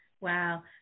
Wow